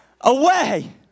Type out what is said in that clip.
away